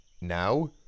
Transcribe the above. Now